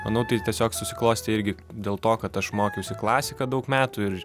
manau tai tiesiog susiklostė irgi dėl to kad aš mokiausi klasiką daug metų ir